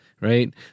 right